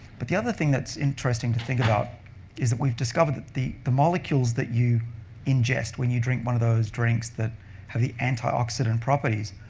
but the other thing that's interesting to think about is that we've discovered that the the molecules that you ingest when you drink one of those drinks that have the antioxidant properties,